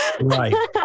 Right